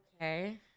Okay